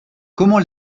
comment